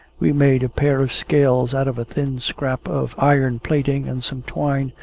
we made a pair of scales out of a thin scrap of iron-plating and some twine,